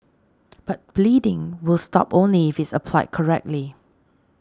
but bleeding will stop only if it is applied correctly